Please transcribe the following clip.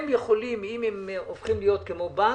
הם יכולים, אם הם הופכים להיות כמו בנק,